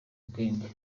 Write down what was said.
gang